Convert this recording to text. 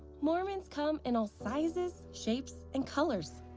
mormons come in all sizes, shapes, and colors.